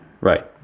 Right